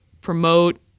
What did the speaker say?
promote